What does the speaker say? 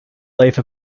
life